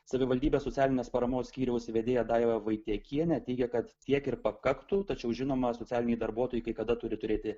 savivaldybės socialinės paramos skyriaus vedėja daiva vaitiekienė teigia kad tiek ir pakaktų tačiau žinoma socialiniai darbuotojai kaikada turi turėti